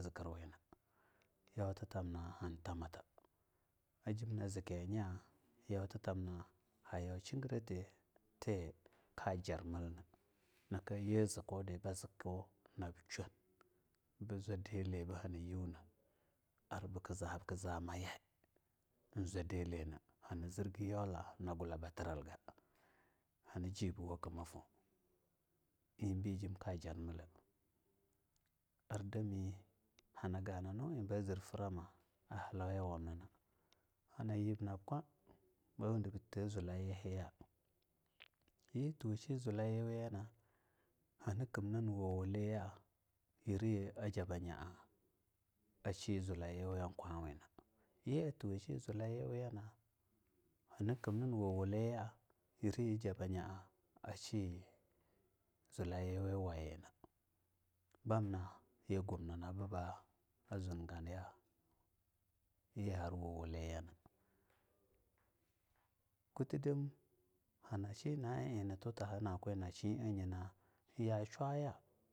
Zikiri yauma yauti tam na ham tamana ajimna zikiya nyah yauti tam na ha yau shigratee tee ka jar mellna, naka nyee zi kwadi ba zikwu nab shunbe zwa dele bue hani yina bue ka zamaya ie zwa delena hani zere yauliga na gulabatiralga hani jibu wo kama fwu imbee jimka jar milla adami hani ganu nu ie ba jar milla nab zer framna a hallauyiwamna kahana yib nab kwa ba wundi bu tee zlayihiya yi twi shi zlayiwana hani kimnin wuwuliya yiriyi ajaba nya a a shi zlayiwana yikwa mila yi tuwa shi zlayiwa hani kimnin wuwuliya yi a jaba nyaa ashi zlayiweyana bamna yim gumni ninaba a zun ganya yi har wuwuliyana kutee dim hana shina iee nitu ta hana-kwina shi ea yina shwaya.